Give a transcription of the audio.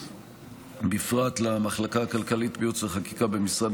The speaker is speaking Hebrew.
בפרט למחלקה הכלכלית בייעוץ וחקיקה במשרד